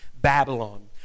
Babylon